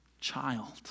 child